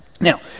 Now